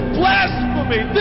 blasphemy